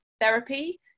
therapy